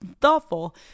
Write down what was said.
thoughtful